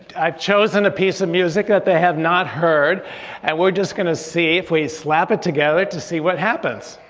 i've chosen a piece of music that they have not heard and we're just gonna see if we slap it together to see what happens.